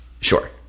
Sure